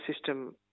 system